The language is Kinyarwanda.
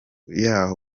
y’aho